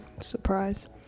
surprise